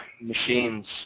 machines